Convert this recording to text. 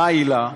מה העילה.